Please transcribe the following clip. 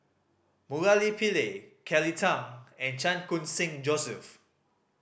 Murali Pillai Kelly Tang and Chan Khun Sing Joseph